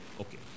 Okay